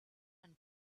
and